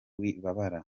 wibabara